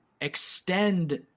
extend